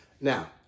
Now